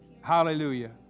Hallelujah